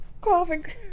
coughing